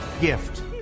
gift